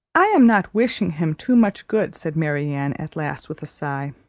i am not wishing him too much good, said marianne at last with a sigh,